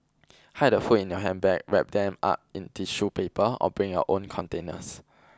hide the food in your handbag wrap them up in tissue paper or bring your own containers